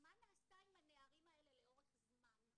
מה נעשה עם הנערים האלה לאורך זמן,